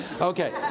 Okay